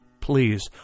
please